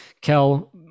Kel